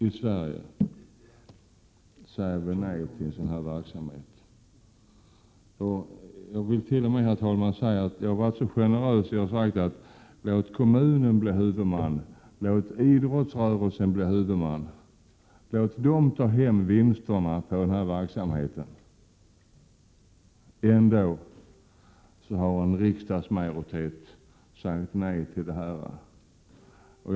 I Sverige säger vi nej till en sådan verksamhet. Jag har t.o.m. varit så generös, herr talman, att jag har sagt: Låt kommunen bli huvudman, låt idrottsrörelsen bli huvudman, låt den ta hem vinsterna av denna verksamhet! Ändå har en riksdagsmajoritet sagt nej till detta förslag.